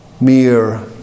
mere